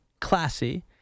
classy